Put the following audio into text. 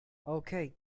okay